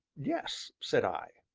yes, said i.